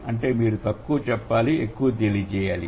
అంటే మీరు తక్కువ చెప్పాలి కాని ఎక్కువ తెలియజేయాలి